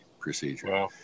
procedure